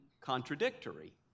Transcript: contradictory